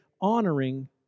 honoring